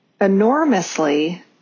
enormously